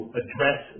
address